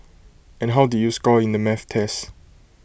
and how did you score in the math test